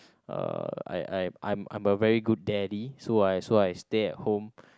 uh I I I'm I'm a very good daddy so I so I stay at home